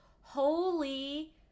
holy